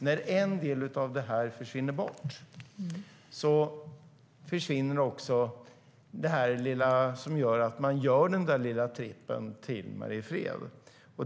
När en del av detta försvinner, försvinner också det lilla som kanske får en att göra den där trippen till Mariefred.